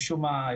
משום מה,